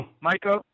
Michael